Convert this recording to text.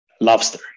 Lobster